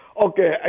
Okay